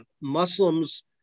Muslims